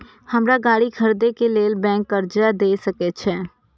हमरा गाड़ी खरदे के लेल बैंक कर्जा देय सके छे?